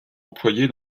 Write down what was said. employée